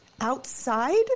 outside